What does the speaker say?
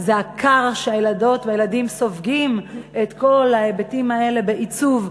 שזה הכר שבו הילדות והילדים סופגים את כל ההיבטים האלה בעיצוב,